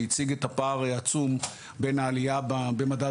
שהציג את הפער העצום בין העלייה במדד